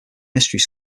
mystery